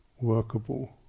workable